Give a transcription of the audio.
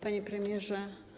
Panie Premierze!